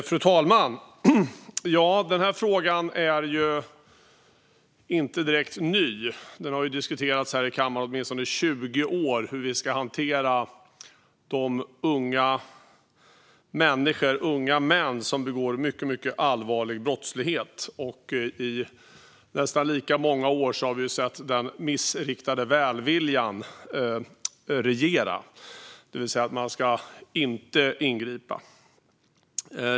Fru talman! Den här frågan är inte direkt ny. Det har ju diskuterats här i kammaren åtminstone i 20 år hur vi ska hantera de unga män som begår mycket allvarliga brott. Under nästan lika många år har vi sett den missriktade välviljan regera, det vill säga att man inte ska ingripa.